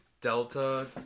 Delta